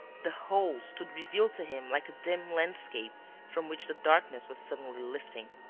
the whole stood revealed to him like a dim landscape from which the darkness was suddenly lifting.